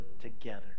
together